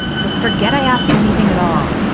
just forget i asked anything at all,